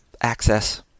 access